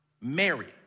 Mary